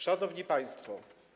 Szanowni Państwo!